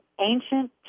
ancient